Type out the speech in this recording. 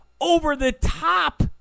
over-the-top